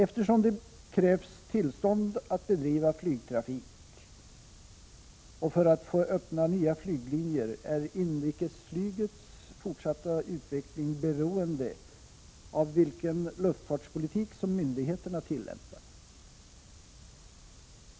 Eftersom det krävs tillstånd att bedriva flygtrafik och för att få öppna nya flyglinjer, är inrikesflygets fortsatta utveckling beroende av vilken luftfartspolitik som myndigheterna tillämpar.